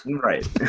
Right